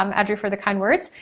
um audrey for the kind words.